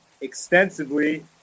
extensively